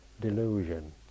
delusion